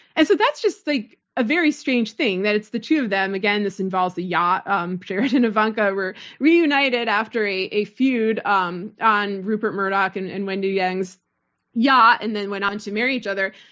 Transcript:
and so that's just like a very strange thing that it's the two of them. again, this involves a yacht. um jared and ivanka were reunited, after a a feud, um on rupert murdoch and and wendi deng's yacht and then went on to marry each other.